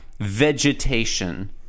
vegetation